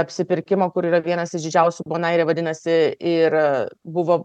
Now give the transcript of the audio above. apsipirkimo kur yra vienas iš didžiausių bonaire vadinasi ir buvo